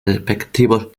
respectivos